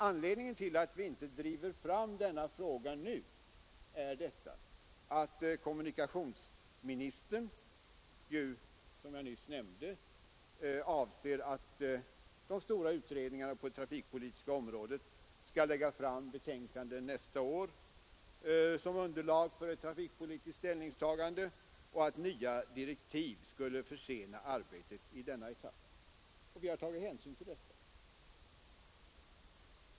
Anledningen till att vi inte driver frågan just i detta sammanhang är att kommunikationsministern — som jag nyss nämnde — avser att de stora utredningarna på det trafikpolitiska området skall framlägga betänkanden nästa år som underlag för ett trafikpolitiskt ställningstagande och att nya direktiv skulle kunna försena arbetet i denna etapp. Vi har tagit hänsyn till detta.